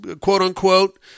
quote-unquote